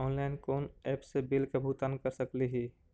Online कोन app से bill के भुगतान कर सकली ही?